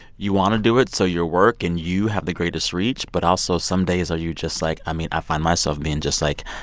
you want to do it so your work and you have the greatest reach. but also, some days, are you just like i mean, i find myself being just like,